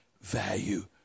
value